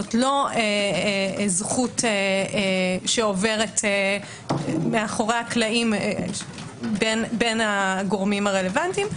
זו לא זכות שעוברת מאחור הקלעים בין הגורמים הרלוונטיים.